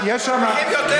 הם מרוויחים יותר.